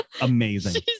amazing